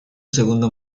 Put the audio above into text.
segundo